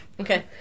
Okay